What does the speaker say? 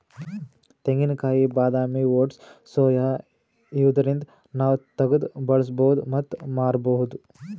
ತೆಂಗಿನಕಾಯಿ ಬಾದಾಮಿ oats soya ಇವ್ದರಿಂದ್ ನಾವ್ ತಗ್ದ್ ಬಳಸ್ಬಹುದ್ ಮತ್ತ್ ಮಾರ್ಬಹುದ್